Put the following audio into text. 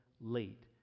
late